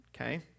okay